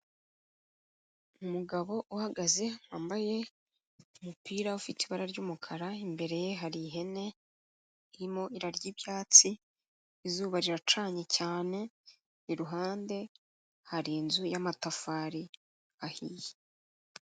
Umugabo uhagaze wambaye, umupira ufite ibara ry'umukara, imbere ye hari ihene irimo irarya ibyatsi, izuba riracanye cyane, iruhande hari inzu y'amatafari ahiye.